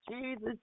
Jesus